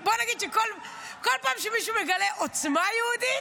כל פעם שמישהו מגלה עוצמה יהודית,